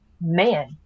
man